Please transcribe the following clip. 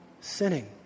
sinning